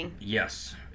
yes